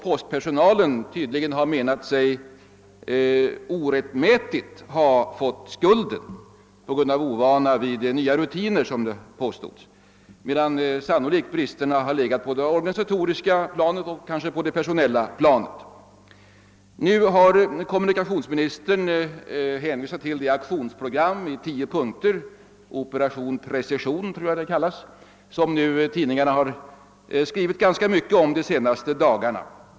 Postpersonalen anser tydligen att den orättmätigt har fått skulden på grund av, enligt vad som påståtts, ovana vid den nya rutinen fastän bristerna sannolikt legat på det organisatoriska och kanske på det personella planet. Kommunikationsministern har nu hänvisat till ett aktionsprogram i tio punkter — Operation Precision, som det kallas — och tidningarna har skrivit ganska mycket härom under de senaste dagarna.